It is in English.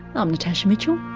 um natasha mitchell